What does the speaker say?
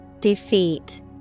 Defeat